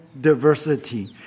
diversity